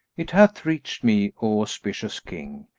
it hath reached me, o auspicious king,